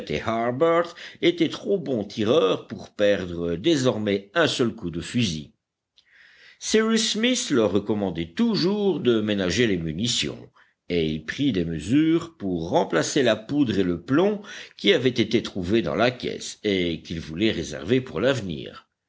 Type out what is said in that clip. étaient trop bons tireurs pour perdre désormais un seul coup de fusil cyrus smith leur recommandait toujours de ménager les munitions et il prit des mesures pour remplacer la poudre et le plomb qui avaient été trouvés dans la caisse et qu'il voulait réserver pour l'avenir